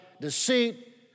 deceit